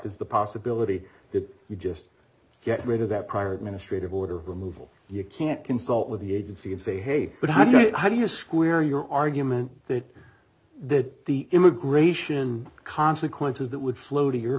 is the possibility that you just get rid of that prior administration border removal you can't consult with the agency and say hey but how do you square your argument that that the immigration consequences that would flow to your